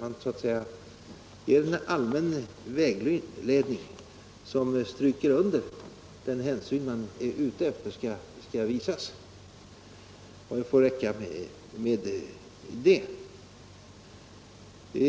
Man ger så att säga en allmän vägledning, som stryker under den hänsyn man anser bör visas, och så får det räcka med det. När